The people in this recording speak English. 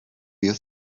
you